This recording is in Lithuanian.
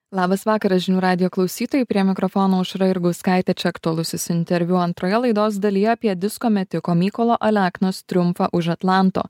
labas vakaras žinių radijo klausytojai prie mikrofono aušra jurgauskaitė aktualusis interviu antroje laidos dalyje apie disko metiko mykolo aleknos triumfą už atlanto